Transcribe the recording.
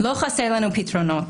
לא חסר לנו פתרונות,